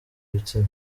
ibitsina